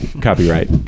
copyright